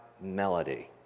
melody